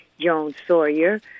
Jones-Sawyer